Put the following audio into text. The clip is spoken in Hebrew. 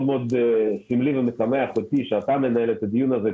מאוד סמלי ומשמח שאת המנהל את הדיון הזה.